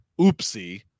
Oopsie